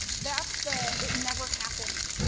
that's the it never happened,